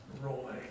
Roy